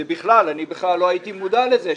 אני בכלל לא הייתי מודע לזה,